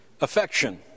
affection